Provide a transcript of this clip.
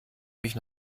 mich